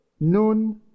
nun